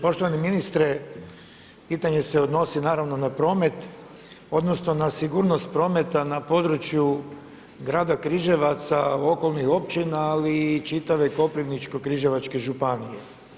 Poštovani ministre, pitanje se odnosi naravno na promet, odnosno na sigurnost prometa na području grada Križevaca i okolnih općina, ali i čitave Koprivničko-križevačke županije.